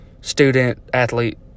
student-athlete